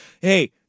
hey